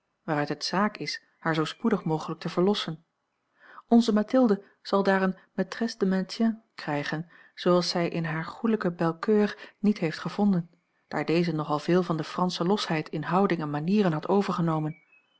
waaruit het zààk is haar zoo spoedig mogelijk te verlossen onze mathilde zal daar eene maîtresse de maintien krijgen zooals zij in hare goelijke belcoeur niet heeft gevonden daar deze nogal veel van de fransche losheid in houding en manieren had overgenomen